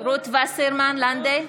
בעד